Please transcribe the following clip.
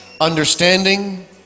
understanding